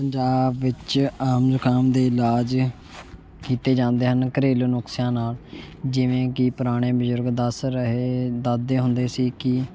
ਪੰਜਾਬ ਵਿੱਚ ਆਮ ਜ਼ੁਕਾਮ ਦੇ ਇਲਾਜ ਕੀਤੇ ਜਾਂਦੇ ਹਨ ਘਰੇਲੂ ਨੁਸਖਿਆ ਨਾਲ ਜਿਵੇਂ ਕਿ ਪੁਰਾਣੇ ਬਜ਼ੁਰਗ ਦੱਸ ਰਹੇ ਦੱਸਦੇ ਹੁੰਦੇ ਸੀ ਕਿ